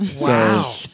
Wow